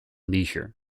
leisure